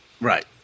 Right